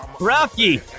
Rocky